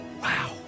wow